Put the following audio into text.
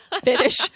finish